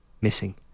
missing